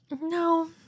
No